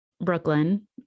Brooklyn